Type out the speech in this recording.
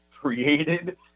created